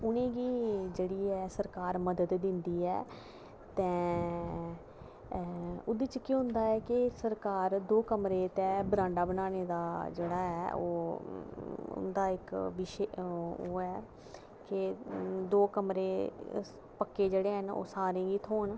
उनेंगी जेह्ड़ी ऐ सरकार मदद दिंदी ऐ ते एह्दे च केह् होंदा की सरकार दौ कमरें ते कन्नै बरांडा बनाने दा ओह् इउंदा इक्क विशे ओह् ऐ की दौ कमरे जेह्ड़े पक्के ओह् सारें ई थ्होऐ